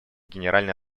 генеральной